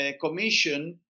commission